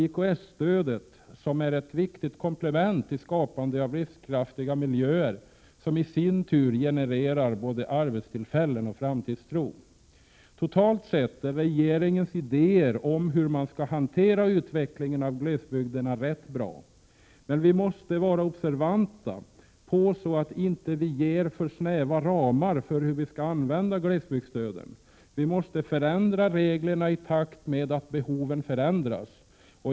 IKS-stödet, som är ett viktigt komplement i skapandet av livskraftiga miljöer, som i sin tur genererar både arbetstillfällen och framtidstro. Totalt sett är regeringens idéer om hur man skall åstadkomma utveckling av glesbygderna rätt bra, men vi måste vara observanta på att inte ge för snäva ramar för hur glesbygdsstöden skall användas. Vi måste förändra reglerna i takt med att behoven förändras.